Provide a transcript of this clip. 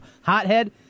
hothead